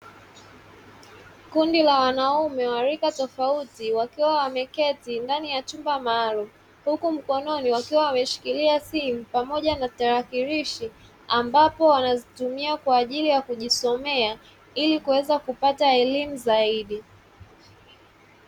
Kundi la wanaume wa rika tofauti, wakiwa wameketi ndani ya chumba maalumu, huku mkononi wakiwa wameshikilia simu pamoja na tarakilishi, ambapo wanazitumia kwa ajili ya kujisomea ili kuweza kupata elimu zaidi.